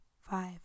five